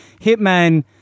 Hitman